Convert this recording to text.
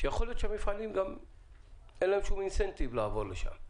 שיכול להיות שלמפעלים אין שום "אינסנטיב" לעבור לשם.